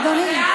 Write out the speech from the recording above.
אדוני.